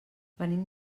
venim